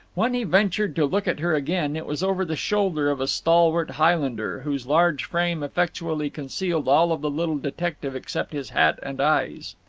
when he ventured to look at her again, it was over the shoulder of a stalwart highlander, whose large frame effectually concealed all of the little detective except his hat and eyes.